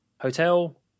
hotel